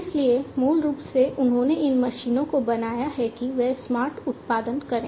इसलिए मूल रूप से उन्होंने इन मशीनों को बनाया है कि वे स्मार्ट उत्पादन करें